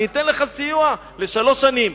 אני אתן לך סיוע לשלוש שנים,